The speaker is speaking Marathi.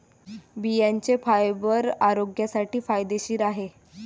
बियांचे फायबर आरोग्यासाठी फायदेशीर आहे